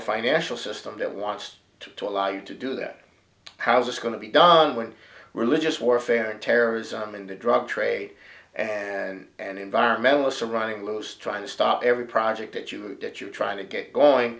a financial system that wants to allow you to do that how's this going to be done when religious warfare and terrorism and the drug trade and an environmentalist are running loose trying to stop every project that you that you're trying to get going